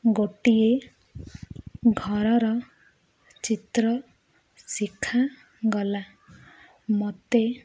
ଗୋଟିଏ ଘରର ଚିତ୍ର ଶିଖାଗଲା ମୋତେ